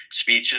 speeches